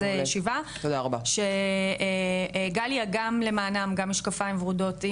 וועדה ונעשה על זה ישיבה שגליה גם למנעם וגם משקפיים ורודות,